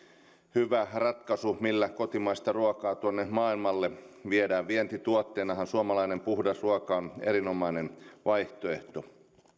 hyvä ratkaisu millä kotimaista ruokaa tuonne maailmalle viedään vientituotteenahan suomalainen puhdas ruoka on erinomainen vaihtoehto